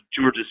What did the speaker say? Georgia